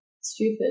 stupid